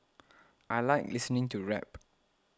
I like listening to rap